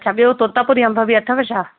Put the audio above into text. अच्छा ॿियों तोता पुरी अम्ब बि अथव छा